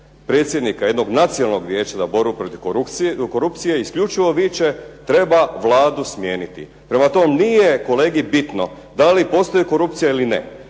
predsjednika jednog Nacionalnog vijeća za borbu protiv korupcije isključivo viče: "Treba Vladu smijeniti." Prema tom nije kolegi bitno da li postoji korupcija ili ne,